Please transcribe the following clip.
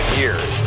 years